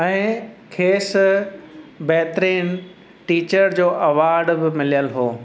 ऐं खे़सि बहितरीनु टीचर जो अवॉर्ड बि मिलियल हो